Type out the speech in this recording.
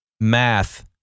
math